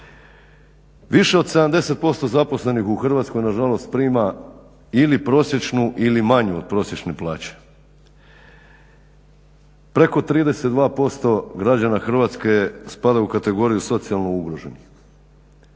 Više od 70% zaposlenih u Hrvatskoj nažalost prima ili prosječnu ili manju od prosječne plaće. Preko 32% građana Hrvatske spada u kategoriju socijalno ugroženih.